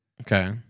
Okay